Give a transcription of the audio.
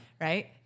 right